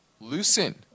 loosen